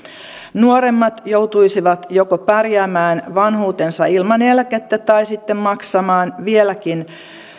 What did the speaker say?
nuoremmat joutuisivat joko pärjäämään vanhuutensa ilman eläkettä tai sitten maksamaan vieläkin